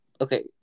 okay